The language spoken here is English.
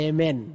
Amen